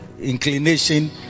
Inclination